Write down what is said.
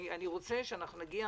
אני רוצה שנגיע